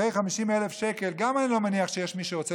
גם אחרי 50,000 שקלים אני לא מניח שיש מי שרוצה